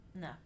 No